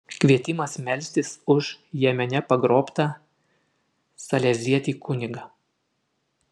kvietimas melstis už jemene pagrobtą salezietį kunigą